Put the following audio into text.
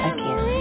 Again